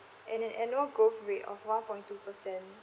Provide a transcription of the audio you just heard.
and an annual growth rate of one point two percent